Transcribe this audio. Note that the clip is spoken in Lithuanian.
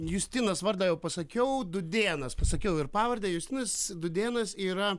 justinas vardą jau pasakiau dūdėnas pasakiau ir pavardę justinas dūdėnas yra